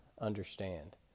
understand